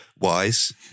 wise